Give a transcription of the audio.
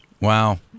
Wow